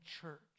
church